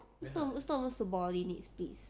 it's not it's not even subordinates please